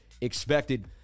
expected